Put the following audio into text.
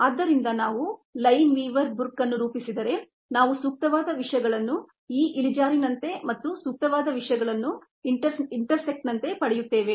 ಆದ್ದರಿಂದ ನಾವು ಲೈನ್ವೀವರ್ ಬುರ್ಕ್ ಅನ್ನು ರೂಪಿಸಿದರೆ ನಾವು ಸೂಕ್ತವಾದ ವಿಷಯಗಳನ್ನು ಈ ಸ್ಲೋಪ್ನಂತೆ ಮತ್ತು ಸೂಕ್ತವಾದ ವಿಷಯಗಳನ್ನು ಇಂಟರ್ಸೆಕ್ಟ್ ನಂತೆ ಪಡೆಯುತ್ತೇವೆ